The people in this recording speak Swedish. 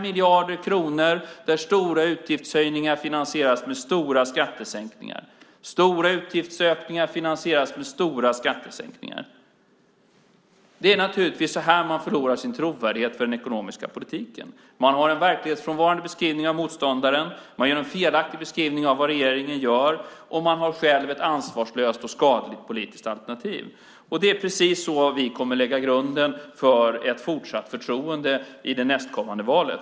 Stora utgiftsökningar finansieras med stora skattesänkningar. Det är naturligtvis så man förlorar sin trovärdighet vad gäller den ekonomiska politiken. Man har en verklighetsfrämmande beskrivning av motståndaren, man ger en felaktig beskrivning av vad regeringen gör och själv har man ett ansvarslöst och skadligt politiskt alternativ. Det gör att vi kommer att kunna lägga grunden för ett fortsatt förtroende i det kommande valet.